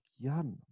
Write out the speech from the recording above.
jan